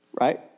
Right